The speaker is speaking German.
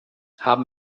haben